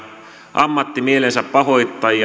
ammattimielensäpahoittajia